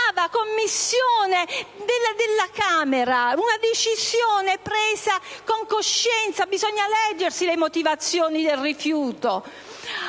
Commissione della Camera (una decisione assunta con coscienza: bisogna leggere le motivazioni del rifiuto)?